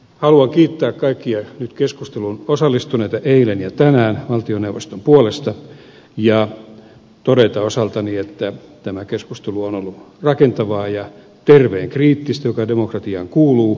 haluan nyt kiittää kaikkia keskusteluun eilen ja tänään osallistuneita valtioneuvoston puolesta ja todeta osaltani että tämä keskustelu on ollut rakentavaa ja terveen kriittistä mikä demokratiaan kuuluu